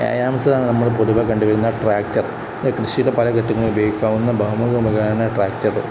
ഏഴാമത്തേതാണ് നമ്മൾ പൊതുവെ കണ്ടു വരുന്ന ട്രാക്ടർ കൃഷിയുടെ പല ഘട്ടങ്ങളിൽ ഉപയോഗിക്കാവുന്ന ബഹുമുഖ ഉപകരണ ട്രാക്ടറ്